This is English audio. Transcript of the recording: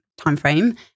timeframe